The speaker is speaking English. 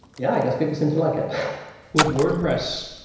yeah, i guess people seem to like it with wordpress,